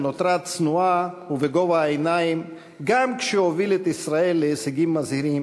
שנותרה צנועה ובגובה העיניים גם כשהוביל את ישראל להישגים מזהירים,